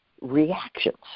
reactions